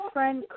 Friend